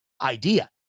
idea